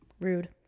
rude